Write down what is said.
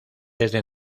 desde